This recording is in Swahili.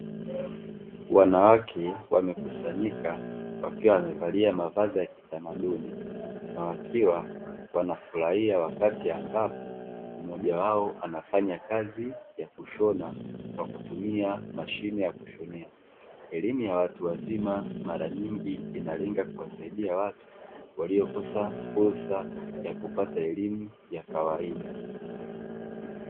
Wanawake wamekusanyika wakiwa wamevalia mavazi ya kitamaduni, na wakiwa wanafurahia wakati ambapo mmoja wao anafanya kazi ya kushona kwa kutumia mashine ya kushonea. Elimu ya watu wazima mara nyingi inalenga kuwasaidia watu waliokosa fursa ya kupata elimu ya kawaida.